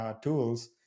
tools